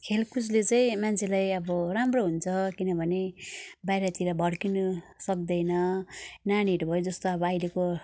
खेलकुदले चाहिँ मान्छेलाई अब राम्रो हुन्छ किनभने बाहिरतिर भड्किनु सक्दैन नानीहरू भयो जस्तो अब अहिलेको